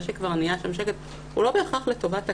שכבר נהיה שם שקט הוא לא בהכרח לטובת הקטין,